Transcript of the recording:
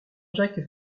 jacques